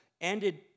ended